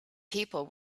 people